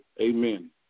Amen